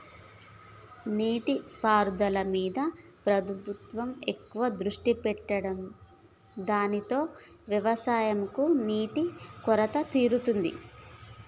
నీటి పారుదల మీద ప్రభుత్వం ఎక్కువ దృష్టి పెట్టె దానితో వ్యవసం కు నీటి కొరత తీరుతాంది